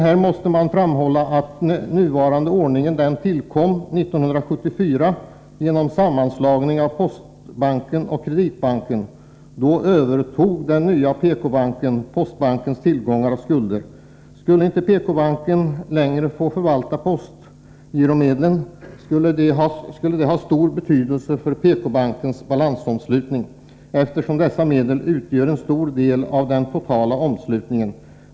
Här måste dock framhållas att den nuvarande ordningen tillkom 1974 genom sammanslagning av Postbanken och Kreditbanken, varvid den nya PK-banken övertog Postbankens tillgångar och skulder. Om PK-banken inte längre skulle få förvalta postgiromedlen, skulle det ha stor betydelse för PK-bankens balansomslutning, eftersom dessa medel utgör en stor del av den totala omslutningen.